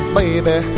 baby